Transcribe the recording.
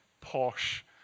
posh